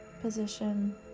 position